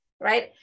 Right